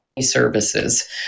Services